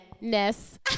Ness